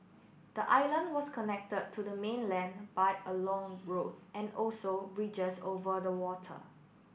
the island was connected to the mainland by a long road and also bridges over the water